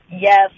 Yes